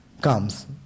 comes